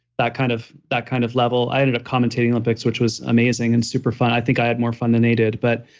that kind of that kind of level. i ended up commentating olympics, which was amazing and super fun. i think i had more fun than they did but